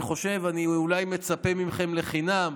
אולי אני מצפה מכם לחינם,